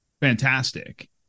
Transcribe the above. fantastic